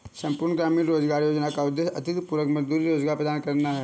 संपूर्ण ग्रामीण रोजगार योजना का उद्देश्य अतिरिक्त पूरक मजदूरी रोजगार प्रदान करना है